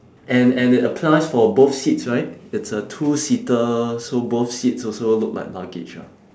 and and it applies for both seats right it's a two seater so both seats also look like luggage ah